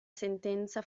sentenza